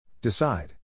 Decide